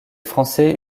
français